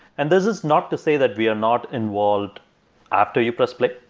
and this is not to say that we are not involved after you press play.